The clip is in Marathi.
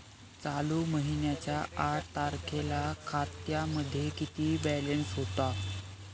चालू महिन्याच्या आठ तारखेला खात्यामध्ये किती बॅलन्स होता?